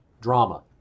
Drama